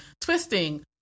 twisting